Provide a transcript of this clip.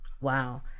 Wow